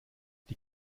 die